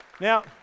Now